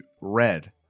red